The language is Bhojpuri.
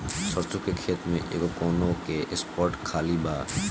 सरसों के खेत में एगो कोना के स्पॉट खाली बा का?